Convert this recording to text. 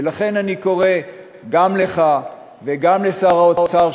ולכן אני קורא גם לך וגם לשר האוצר,